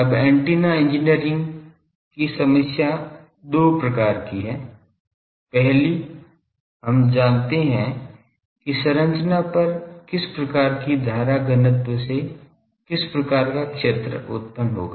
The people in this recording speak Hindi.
अब एंटीना इंजीनियरिंग की समस्या दो प्रकार की है पहली हम जानते हैं कि संरचना पर किस प्रकार की धारा घनत्व से किस प्रकार का क्षेत्र उत्पन्न होगा